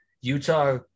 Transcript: Utah